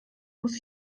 muss